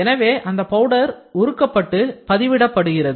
எனவே அந்த பவுடர் உருக்கப்பட்டு பதிவிடப்படுகிறது